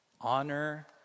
Honor